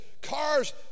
cars